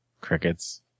Crickets